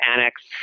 annex